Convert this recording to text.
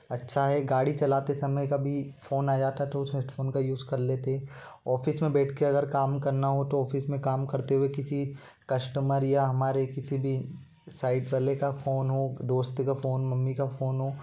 अच्छा है गाड़ी चलाते समय कभी फ़ोन आ जाता तो उस हेडफ़ोन का यूज़ कर लेते ऑफ़िस में बैठ के अगर काम करना हो तो ऑफ़िस में काम करते हुए किसी कष्टमर या हमारे किसी भी साइट वाले का फ़ोन हो दोस्त का फ़ोन मम्मी का फ़ोन हो